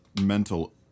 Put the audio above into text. mental